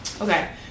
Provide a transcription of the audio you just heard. Okay